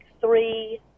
three